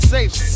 Safe